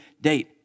date